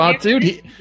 dude